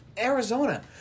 Arizona